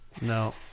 no